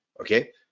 okay